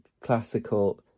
classical